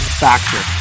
factor